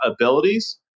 abilities